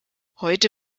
heute